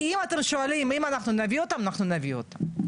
כי אם אתם שואלים אם אנחנו נביא אותם אנחנו נביא אותם,